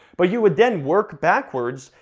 but you would then work backwards,